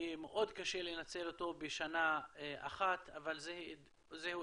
יהיה מאוד קשה לנצל אותו בשנה אחת, אבל זה אתגר.